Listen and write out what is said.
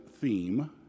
theme